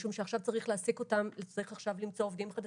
משום שעכשיו צריך למצוא עובדים חדשים,